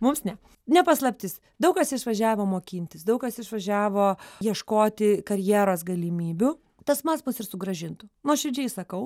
mums ne ne paslaptis daug kas išvažiavo mokintis daug kas išvažiavo ieškoti karjeros galimybių tas pats mus ir sugrąžintų nuoširdžiai sakau